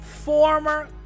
Former